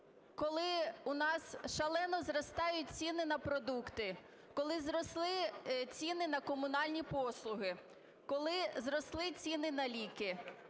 коли у нас шалено зростають ціни на продукти, коли зросли ціни на комунальні послуги, коли зросли ціни на ліки,